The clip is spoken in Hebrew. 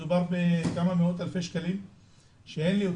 מדובר בכמה מאות אלפי שקלים שאין לי אותם.